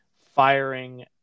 firing